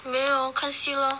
没有看戏 lor